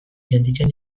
sentitzen